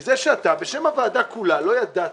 מזה שאתה בשם הוועדה כולה לא ידעת,